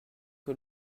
que